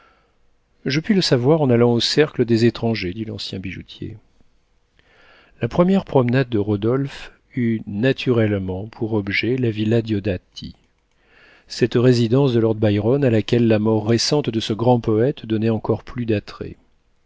je puis le savoir en allant au cercle des étrangers dit l'ancien bijoutier la première promenade de rodolphe eut naturellement pour objet la villa diodati cette résidence de lord byron à laquelle la mort récente de ce grand poëte donnait encore plus d'attrait